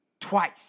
twice